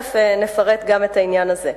ותיכף נפרט גם את העניין הזה.